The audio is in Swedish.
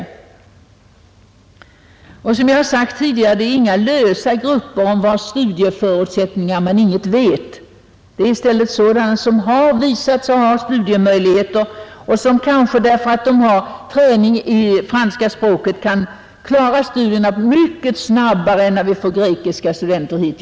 Som jag sagt tidigare, gäller det inte grupper om vilkas studieförutsättningar man inget vet. Det är människor som visat sig kunnat klara sina studier och som kanske därför att de har träning i franska språket kan klara dem mycket snabbare än de grekiska studenter kan göra som kommer hit.